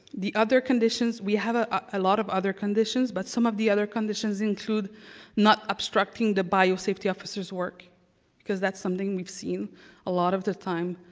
the other conditions, we have ah a lot of other conditions, but some of the other conditions include not obstructing the biosafety officers work because that's something we've seen a lot of the time.